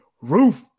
Roof